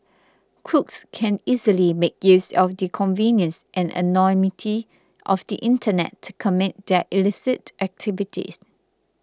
crooks can easily make use of the convenience and anonymity of the internet to commit their illicit activities